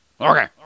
Okay